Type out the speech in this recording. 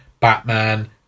Batman